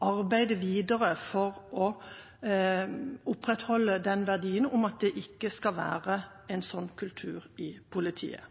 arbeide videre for å opprettholde den verdien at det ikke skal være en sånn kultur i politiet.